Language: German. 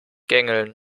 gängeln